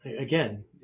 again